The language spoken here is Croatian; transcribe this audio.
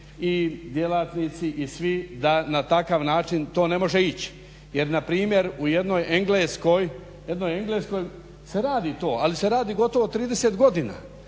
i djelatnici i svi da na takav način to ne može ići. Jer na primjer u jednoj Engleskoj se radi to, ali se radi gotovo 30 godina,